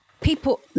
people